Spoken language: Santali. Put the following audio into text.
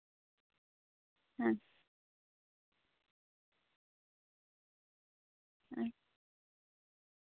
ᱦᱮᱸ ᱦᱮᱸ